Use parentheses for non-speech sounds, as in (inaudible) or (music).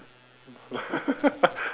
(laughs)